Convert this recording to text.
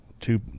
two